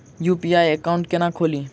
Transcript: UPI account केना खोलि?